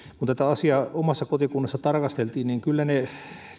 kun tätä asiaa omassa kotikunnassani tarkasteltiin niin kyllä ne